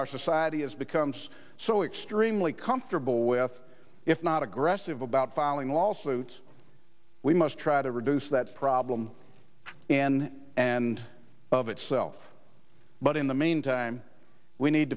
our society is becomes so extremely comfortable with if not aggressive about filing lawsuits we must try to reduce that problem in and of itself but in the meantime we need